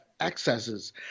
excesses